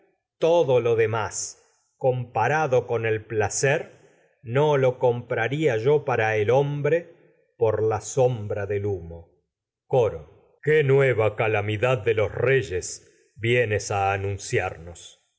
todo lo demás comparado yo para con el placer del no lo compraría el hombre por la sombra humo coro qué nueva calamidad de los reyes vienes a anunciarnos